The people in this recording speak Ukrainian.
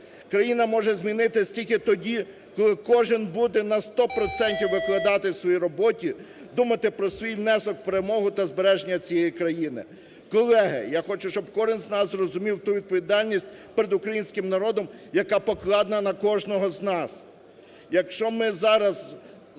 Країна може змінитись тільки тоді, коли кожен буде на сто процентів викладатись у своїй роботі, думати про свій внесок у перемогу та збереження цієї країни. Колеги, я хочу, щоб кожний з нас зрозумів ту відповідальність перед українським народом, яка покладена на кожного з нас. Якщо ми зараз